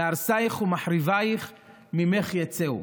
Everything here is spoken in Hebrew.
"מהרסיך ומחריביך ממך יצאו".